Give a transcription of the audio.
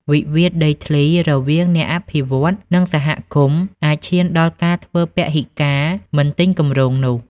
វិវាទដីធ្លីរវាងអ្នកអភិវឌ្ឍន៍ និងសហគមន៍ អាចឈានដល់ការធ្វើពហិការមិនទិញគម្រោងនោះ។